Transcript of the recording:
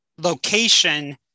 location